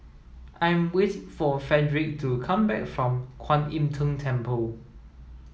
I am waits for Fredric to come back from Kuan Im Tng Temple